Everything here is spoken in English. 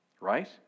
right